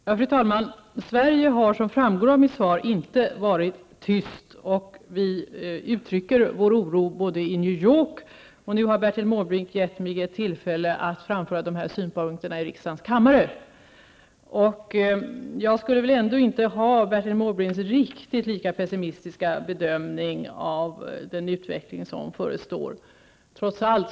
Fru talman! Sverige har, som framgår av mitt svar, inte varit tyst. Vi uttrycker vår oro både i New York och här hemma; Bertil Måbrink har nu givit mig tillfälle att framföra våra synpunkter på det här området i riksdagens kammare. Jag gör ändå inte en riktigt lika pessimistisk bedömning av den utveckling som förestår som Bertil Måbrink.